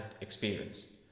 experience